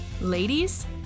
Ladies